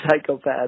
psychopath